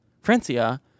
Francia